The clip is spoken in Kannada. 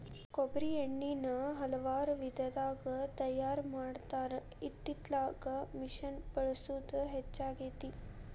ಕೊಬ್ಬ್ರಿ ಎಣ್ಣಿನಾ ಹಲವಾರು ವಿಧದಾಗ ತಯಾರಾ ಮಾಡತಾರ ಇತ್ತಿತ್ತಲಾಗ ಮಿಷಿನ್ ಬಳಸುದ ಹೆಚ್ಚಾಗೆತಿ